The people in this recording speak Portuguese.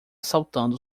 saltando